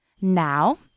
Now